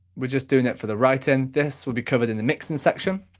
we're just doing it for the write in, this will be covered in the mixing section.